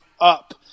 up